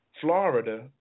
Florida